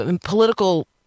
political